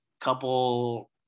couple